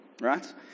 right